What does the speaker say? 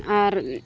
ᱟᱨ